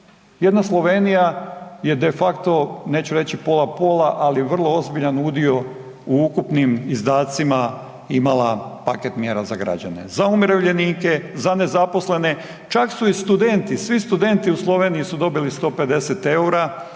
Jedna Slovenija je de facto neću reći pola, pola ali vrlo ozbiljan udio u ukupnim izdacima imala paket mjera za građane, za umirovljenike, za nezaposlene, čak su i studenti, svi studenti u Sloveniji su dobili 150 EUR-a